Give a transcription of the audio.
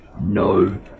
No